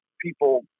people